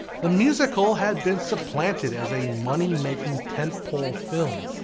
the musical had been supplanted as a money making tent pole film.